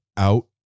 Out